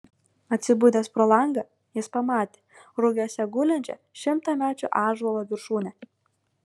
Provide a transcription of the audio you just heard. atsibudęs pro langą jis pamatė rugiuose gulinčią šimtamečio ąžuolo viršūnę